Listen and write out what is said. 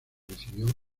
recibió